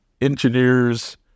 engineers